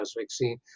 vaccine